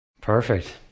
Perfect